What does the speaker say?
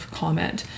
comment